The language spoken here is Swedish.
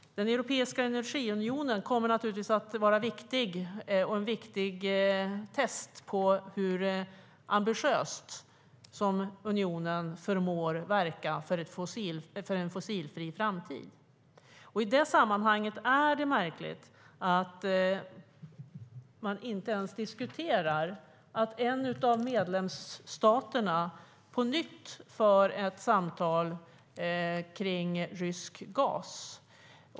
Den europeiska energiunionen kommer naturligtvis att vara viktig som ett test på hur ambitiöst unionen förmår verka för en fossilfri framtid. I detta sammanhang är det märkligt att man inte ens diskuterar att en av medlemsstaterna på nytt för samtal kring rysk gas.